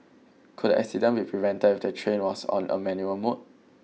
could the accident be prevented if the train was on a manual mode